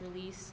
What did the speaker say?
release